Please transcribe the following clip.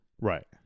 Right